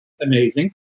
amazing